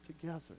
Together